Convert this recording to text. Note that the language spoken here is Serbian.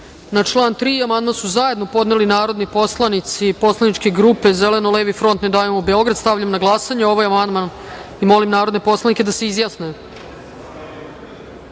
član 3. amandman su zajedno podneli narodni poslanici Poslaničke grupe Zeleno-levi front, Ne davimo Beograd. Stavljam na glasanje ovaj amandman i molim narodne poslanike da pritisnu